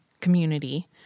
community